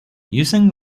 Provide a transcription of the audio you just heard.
using